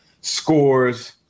scores